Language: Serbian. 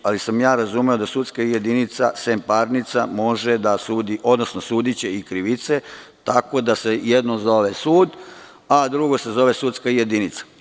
Ali, sam razumeo da sudska jedinica, sem parnica može da sudi, odnosno sudiće i krivice, tako da se jedno zove sud, a drugo se zove sudska jedinica.